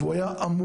והוא היה עמוס.